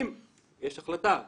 אם יש החלטה ותקנה,